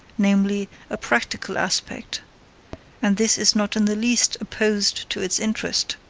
namely, a practical aspect and this is not in the least opposed to its interest,